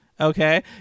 Okay